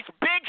big